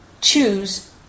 choose